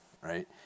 right